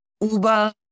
uber